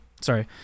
sorry